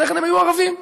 לפני כן היו ערבים: